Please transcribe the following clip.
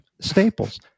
staples